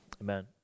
Amen